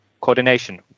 coordination